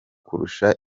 kurusha